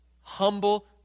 Humble